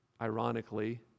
ironically